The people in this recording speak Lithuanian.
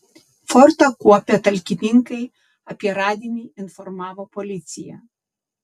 fortą kuopę talkininkai apie radinį informavo policiją